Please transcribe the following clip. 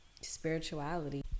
spirituality